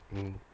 mm